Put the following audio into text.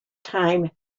time